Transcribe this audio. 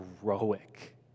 heroic